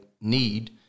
need